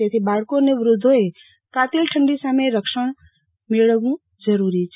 તેથી બાળકો અને વૃધ્યો કાતિલ ઠંડી સામે જરૂરી રક્ષણ મેળવવું જરૂરી છે